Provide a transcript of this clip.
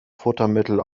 futtermittel